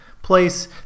place